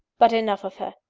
but enough of her!